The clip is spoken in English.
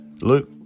Luke